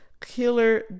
Killer